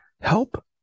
help